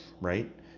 right